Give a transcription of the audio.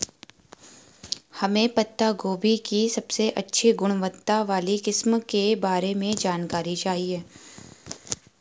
हमें पत्ता गोभी की सबसे अच्छी गुणवत्ता वाली किस्म के बारे में जानकारी चाहिए?